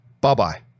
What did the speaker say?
bye-bye